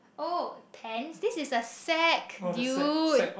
oh pen this is the sack dude